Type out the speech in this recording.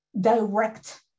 direct